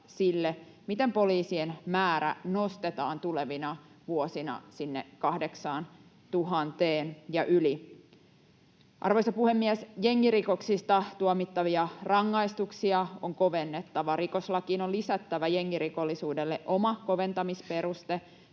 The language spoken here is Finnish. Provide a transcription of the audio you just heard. miten poliisien määrä nostetaan tulevina vuosina sinne 8 000:een ja yli. Arvoisa puhemies! Jengirikoksista tuomittavia rangaistuksia on kovennettava. Rikoslakiin on lisättävä jengirikollisuudelle oma koventamisperuste